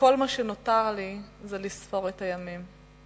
וכל מה שנותר לי זה לספור את הימים,